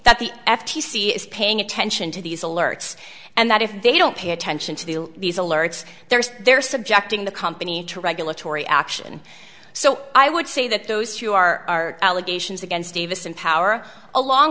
that the f t c is paying attention to these alerts and that if they don't pay attention to these these alerts there's they're subjecting the company to regulatory action so i would say that those who are allegations against davis in power along